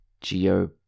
Geo-